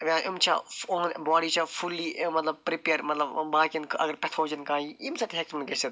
یِم چھا اُہُند باڈی چھا فُلی ٲں مطلب پرٛیٚپِیَر مطلب یِمَن باقیَن اَگر پیٚتھوجَن کانٛہہ یی اَمہِ سۭتۍ ہیٚکَن نہٕ گژھِتھ